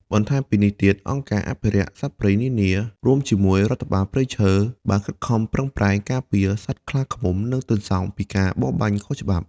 បន្ថែមពីនេះទៀត អង្គការអភិរក្សសត្វព្រៃនានា រួមជាមួយរដ្ឋបាលព្រៃឈើ បានខិតខំប្រឹងប្រែងការពារសត្វខ្លាឃ្មុំ និងទន្សោងពីការបរបាញ់ខុសច្បាប់។